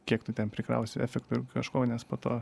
kiek tu ten prikrausi efektų kažko nes po to